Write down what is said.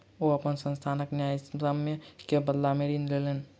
ओ अपन संस्थानक न्यायसम्य के बदला में ऋण लेलैन